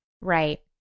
Right